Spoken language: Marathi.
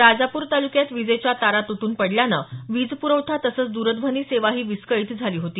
राजापूर तालुक्यात विजेच्या तारा तुटून पडल्यानं वीजपुरवठा तसंच दूरध्वनी सेवाही विस्कळित झाली होती